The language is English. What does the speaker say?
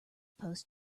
post